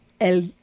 el